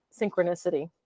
synchronicity